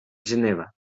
geneva